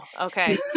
Okay